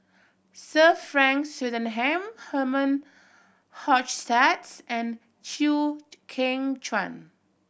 Sir Frank Swettenham Herman Hochstadt and Chew Kheng Chuan